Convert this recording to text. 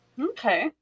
Okay